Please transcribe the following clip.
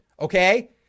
okay